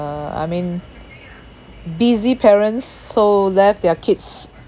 I mean busy parents so left their kids